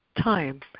time